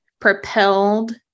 propelled